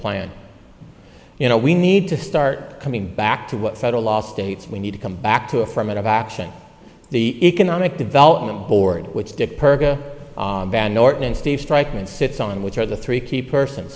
plan you know we need to start coming back to what federal law states we need to come back to affirmative action the economic development board which did strike me and sits on which of the three key person